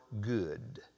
good